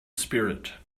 spirit